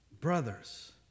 Brothers